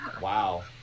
Wow